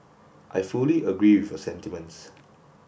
I fully agree with your sentiments